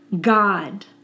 God